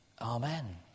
Amen